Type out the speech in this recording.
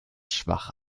schwach